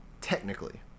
technically